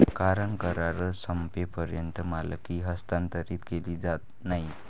कारण करार संपेपर्यंत मालकी हस्तांतरित केली जात नाही